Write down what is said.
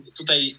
tutaj